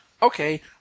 Okay